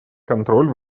контроль